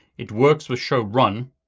it works with show run,